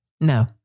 No